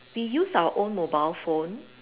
we use our own mobile phone